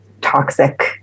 toxic